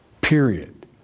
Period